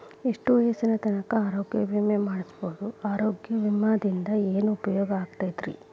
ಎಷ್ಟ ವಯಸ್ಸಿನ ತನಕ ಆರೋಗ್ಯ ವಿಮಾ ಮಾಡಸಬಹುದು ಆರೋಗ್ಯ ವಿಮಾದಿಂದ ಏನು ಉಪಯೋಗ ಆಗತೈತ್ರಿ?